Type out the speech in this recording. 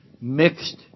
mixed